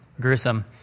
gruesome